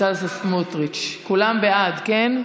ובצלאל סמוטריץ' כולם בעד, כן?